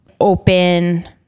open